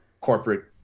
corporate